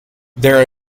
there